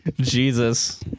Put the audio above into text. Jesus